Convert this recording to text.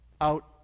out